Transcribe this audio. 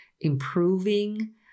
improving